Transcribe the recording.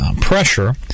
pressure